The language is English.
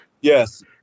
Yes